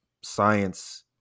science